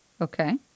okay